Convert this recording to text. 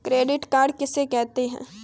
Credit card किसे कहते हैं?